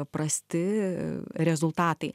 prasti rezultatai